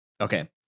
Okay